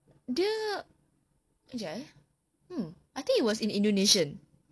dia kejap eh hmm I think it was in indonesian